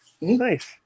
Nice